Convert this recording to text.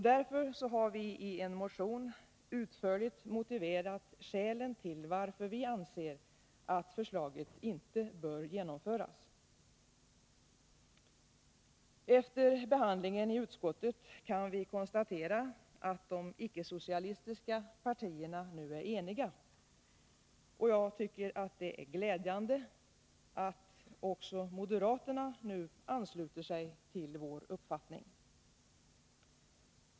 Därför har vi i en motion utförligt angivit skälen till att vi anser att förslaget inte bör genomföras. Efter behandlingen i utskottet kan vi konstatera att de icke-socialistiska partierna nu är eniga. Jag tycker det är glädjande att också moderaterna nu ansluter sig till vår uppfattning.